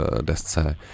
desce